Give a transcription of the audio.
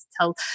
tell